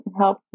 Help